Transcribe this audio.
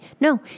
No